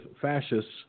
fascists